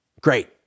great